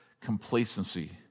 complacency